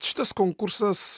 šitas konkursas